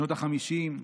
משנות החמישים,